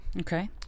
Okay